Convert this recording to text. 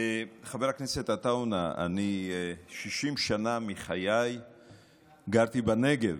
חבר הכנסת עטאונה, אני 60 שנה מחיי גרתי בנגב.